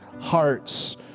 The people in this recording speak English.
hearts